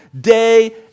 day